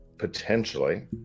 potentially